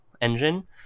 engine